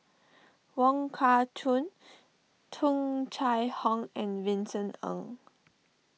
Wong Kah Chun Tung Chye Hong and Vincent Ng